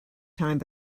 time